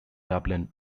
dublin